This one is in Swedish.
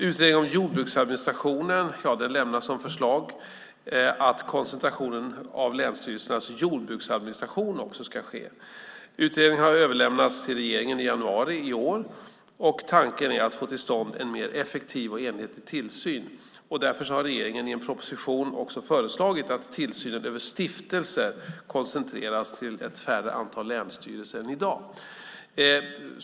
Utredningen om jordbruksadministrationen lämnar som förslag att det också ska ske en koncentration av länsstyrelsernas jordbruksadministration. Utredningen överlämnades till regeringen i januari i år. Tanken är att få till stånd en mer effektiv och enhetlig tillsyn. Därför har regeringen i en proposition också föreslagit att tillsynen över stiftelser koncentreras till ett färre antal länsstyrelser än i dag.